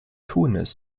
tunis